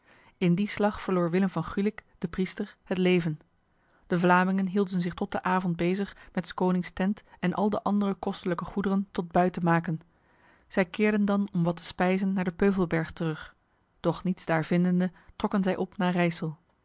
in die slag verloor willem van gulik de priester het leven de vlamingen hielden zich tot de avond bezig met s konings tent en al de andere kostelijke goederen tot buit te maken zij keerden dan om wat te spijzen naar de peuvelberg terug doch niets daar vindende trokken zij op naar rijsel